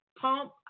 pump